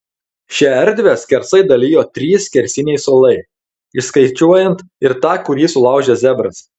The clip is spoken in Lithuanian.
šią erdvę skersai dalijo trys skersiniai suolai įskaičiuojant ir tą kurį sulaužė zebras